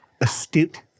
astute